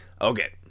Okay